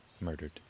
Murdered